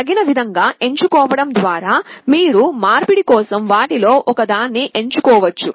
తగిన విధంగా ఎంచుకోవడం ద్వారా మీరు మార్పిడి కోసం వాటిలో ఒకదాన్ని ఎంచుకోవచ్చు